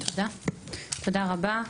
תודה רבה,